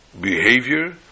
behavior